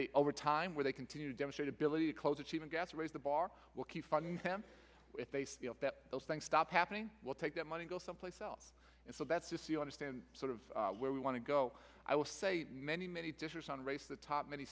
they over time where they continue to demonstrate ability to close achievement gap to raise the bar will keep funding plan if they feel that those things stop happening will take their money go someplace else and so that's just the understand sort of where we want to go i will say many many dishes on race the top many